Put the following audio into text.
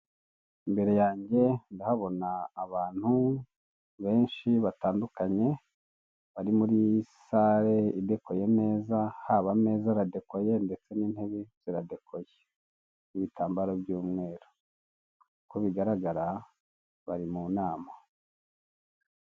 Imbere yange ndahabona bantu benshi batandukanye, bari muri sare idekoye neza, haba ameza aradekoye ndetse n'intebe ziradekoye, n'ibitambaro by'umweru, uko bigaragara bari mu nama.